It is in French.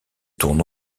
tourne